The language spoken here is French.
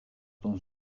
dans